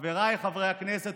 חבריי חברי הכנסת,